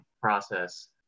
process